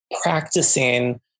practicing